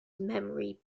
memory